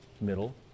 middle